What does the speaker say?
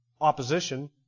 opposition